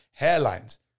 hairlines